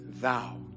thou